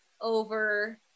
over